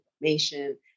information